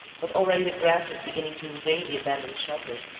but already the grass was beginning to invade the abandoned shelter.